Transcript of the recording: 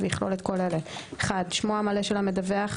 ויכלול את כל אלה: (1)שמו המלא של המדווח,